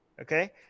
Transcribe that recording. Okay